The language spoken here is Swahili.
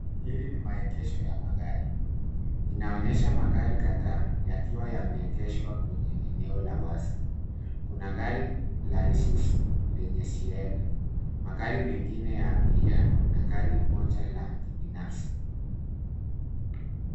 Hili ni maegesho ya magari. Inaonyesha magari kadhaa, yakiwa yameegeshwa kwenye eneo la wazi. Kuna gari la Isuzu lenye. Magari mengine ya abiria na gari moja lake binafsi.